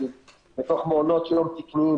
לצורך מעונות יום טיפוליים,